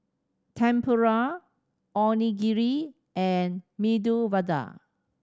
Tempura Onigiri and Medu Vada